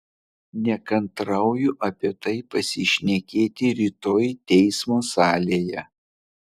nekantrauju apie tai pasišnekėti rytoj teismo salėje